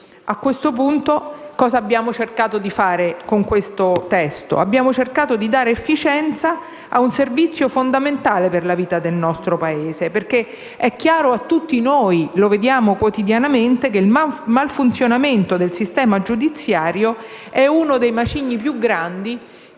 A questo punto, con questo testo abbiamo cercato di dare efficienza ad un servizio fondamentale per la vita del nostro Paese. Infatti è chiaro a tutti noi, e lo vediamo quotidianamente, che il malfunzionamento del sistema giudiziario è uno dei macigni più grandi